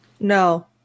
No